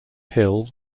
hill